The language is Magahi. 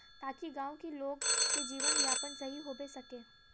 ताकि गाँव की लोग के जीवन यापन सही होबे सके?